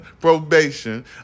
probation